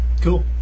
Cool